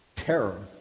terror